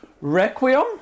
Requiem